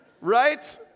right